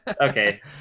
Okay